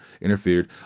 interfered